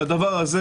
לדבר הזה,